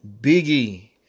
Biggie